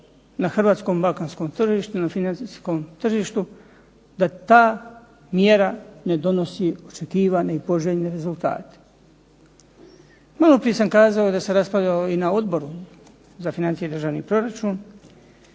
na hrvatskom bankarskom tržištu, na financijskom tržištu da ta mjera ne donosi očekivane i poželjne rezultate? Maloprije sam kazao da se raspravljalo i na Odboru za financije i državni proračun.